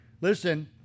listen